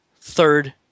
Third